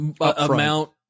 amount